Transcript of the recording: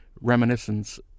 reminiscence